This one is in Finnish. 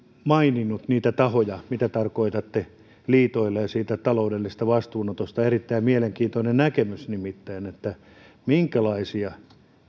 maininnut niitä tahoja mitä tarkoitatte liitoilla ja siitä taloudellisesta vastuunotosta erittäin mielenkiintoinen näkemys nimittäin minkälaisia